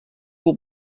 will